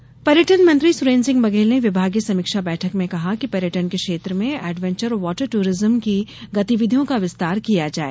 पर्यटन मंत्री पर्यटन मंत्री सुरेन्द्र सिंह बघेल ने विभागीय समीक्षा बैठक में कहा है कि पर्यटन के क्षेत्र में एडवेंचर और वॉटर ट्रिज्म की गतिविधियों का विस्तार किया जाये